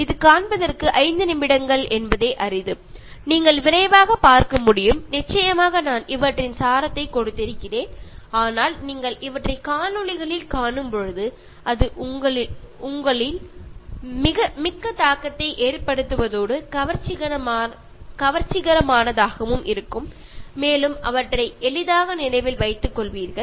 இது காண்பதற்கு ஐந்து நிமிடங்கள் என்பதே அரிது நீங்கள் விரைவாகப் பார்க்க முடியும் நிச்சயமாக நான் இவற்றின் சாரத்தை கொடுத்திருக்கிறேன் ஆனால் நீங்கள் அவற்றை காணொளிகளில் காணும்பொழுது அது உங்கள் மிக்க தாக்கத்தை ஏற்படுத்துவதோடு கவர்ச்சிகரமானதாகவும் இருக்கும் மேலும் அவற்றை எளிதாக நினைவில் வைத்துக் கொள்வீர்கள்